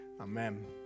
Amen